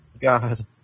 God